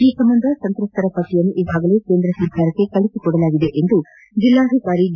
ಈ ಸಂಬಂಧ ಸಂತ್ರಸ್ತರ ಪಟ್ಟಿಯನ್ನು ಈಗಾಗಲೇ ಕೇಂದ್ರ ಸರ್ಕಾರಕ್ಷೆ ಕಳುಹಿಸಿಕೊಡಲಾಗಿದೆ ಎಂದು ಜಿಲ್ಲಾಧಿಕಾರಿ ಬಿ